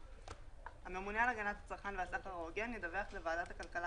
6א. הממונה על הגנת הצרכן והסחר ההוגן ידווח לוועדת הכלכלה